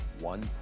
one